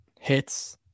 hits